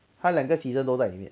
他两个 season 都在里面